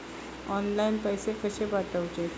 Online पैसे कशे पाठवचे?